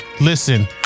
listen